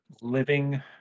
living